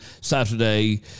Saturday